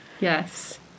Yes